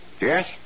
Yes